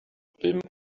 bum